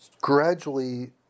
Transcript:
gradually